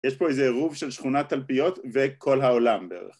יש פה איזה עירוב של שכונת תלפיות וכל העולם בערך